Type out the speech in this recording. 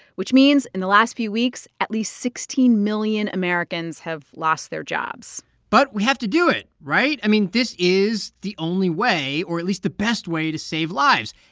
which means in the last few weeks, at least sixteen million americans have lost their jobs but we have to do it, right? i mean, this is the only way, or at least the best way, to save lives.